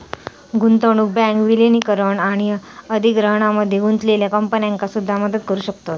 गुंतवणूक बँक विलीनीकरण आणि अधिग्रहणामध्ये गुंतलेल्या कंपन्यांका सुद्धा मदत करू शकतत